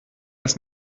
ist